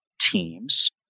teams